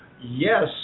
yes